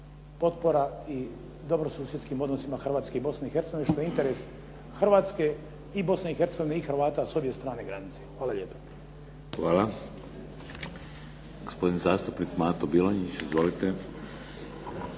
potpora i dobrosusjedskim odnosima Hrvatske i Bosne i Hercegovine što je interes Hrvatske i Bosne i Hercegovine i Hrvata s obje strane granice. Hvala lijepo. **Šeks, Vladimir (HDZ)** Hvala. Gospodin zastupnik Mato Bilonjić. Izvolite.